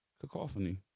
cacophony